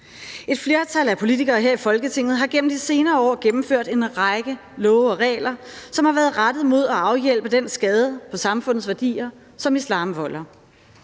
Et flertal af politikere her i Folketinget har igennem de senere år gennemført en række love og regler, som har været rettet mod at afhjælpe den skade på samfundets værdier, som islam volder: